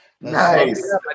nice